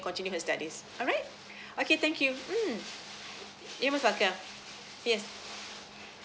continue her studies alright okay thank you um you're most welcomed yes